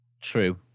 True